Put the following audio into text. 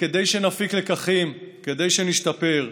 וכדי שנפיק לקחים, כדי שנשתפר,